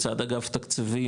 מצד אגף תקציבים,